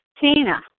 Tina